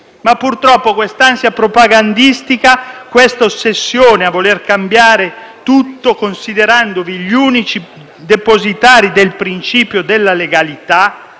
Purtroppo, questa ansia propagandistica, questa ossessione a voler cambiare tutto, considerandovi gli unici depositari del principio della legalità